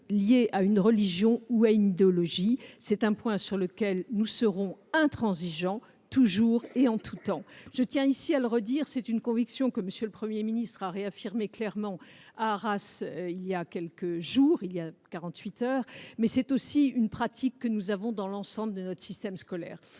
liée à une religion ou à une idéologie. C’est un point sur lequel nous serons intransigeants, toujours et en tout temps, je tiens à le redire ici. C’est une conviction que M. le Premier ministre a réaffirmée clairement à Arras il y a quarante huit heures, mais c’est aussi une pratique dans l’ensemble de notre système scolaire.